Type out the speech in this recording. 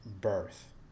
birth